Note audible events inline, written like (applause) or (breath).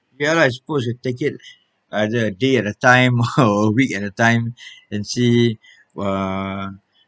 ya lah you suppose to take it either a day at a time or (laughs) a week at a time (breath) and see uh